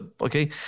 okay